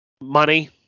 Money